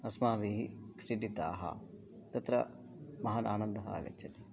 अस्माभिः क्रीडिताः तत्र महान् आनन्दः आगच्छति